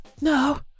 No